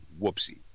Whoopsie